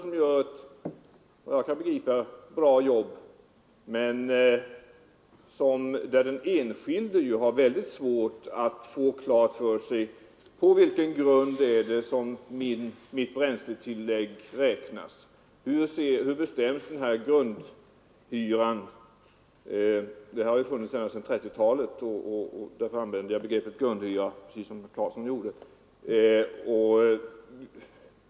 Dessa gör ett, efter vad jag kan begripa, bra jobb, men den enskilde har ändå väldigt svårt att få svar på följande frågor: På vilket sätt räknas mitt bränsletillägg? Hur bestäms grundhyran? Begreppet grundhyra har ju funnits ända sedan 1930-talet, och därför använder jag det, liksom herr Claeson gjorde.